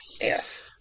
Yes